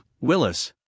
Willis